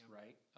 right